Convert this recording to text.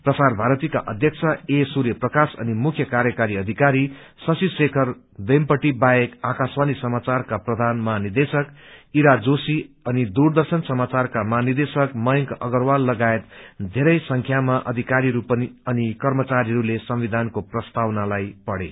प्रसार भारतीका अध्यक्ष ए सूर्य प्राकाश अनि मुख्य काय्रकारी अधिकारी शशि शेखर वेमपटि बाहेक आकशवाणी समाचारका प्रधान महानिदेशक ईरा जोशी अनि दूरदर्शन सामाचारका महानिदेशक मयंक अग्रवाल लगायत धेरै संख्यामा अधिकारीहरू अनि कम्रचारीहरूले संविधानको प्रस्तावलाई पढ़े